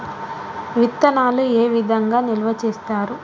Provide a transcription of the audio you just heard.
విత్తనాలు ఏ విధంగా నిల్వ చేస్తారు?